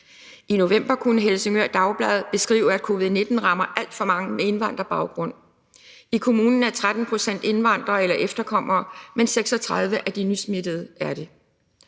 I november kunne Helsingør Dagblad beskrive, at covid-19 rammer alt for mange med indvandrerbaggrund. I kommunen er 13 pct. indvandrere eller efterkommere, mens 36 pct. af de nysmittede er det.